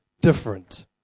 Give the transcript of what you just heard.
different